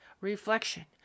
reflection